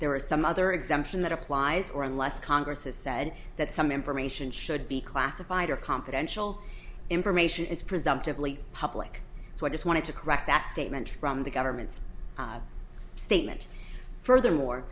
there is some other exemption that applies or unless congress has said that some information should be classified or confidential information is presumptively public so i just wanted to correct that statement from the government's statement furthermore